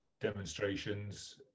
demonstrations